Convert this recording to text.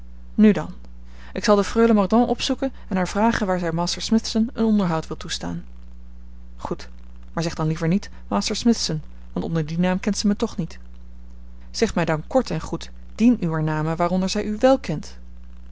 nu dan ik zal de freule mordaunt opzoeken en haar vragen waar zij master smithson een onderhoud wil toestaan goed maar zeg dan liever niet master smithson want onder dien naam kent zij mij toch niet zeg mij dan kort en goed dien uwer namen waaronder zij u wèl kent